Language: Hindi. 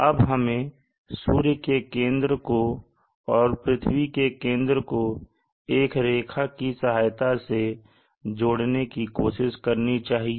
अब हमें सूर्य के केंद्र को और पृथ्वी के केंद्र को एक रेखा की सहायता से जोड़ने की कोशिश करनी चाहिए